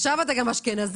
אז עכשיו עאידה אומרת